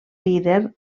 líder